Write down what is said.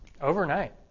overnight